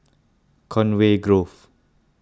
Conway Grove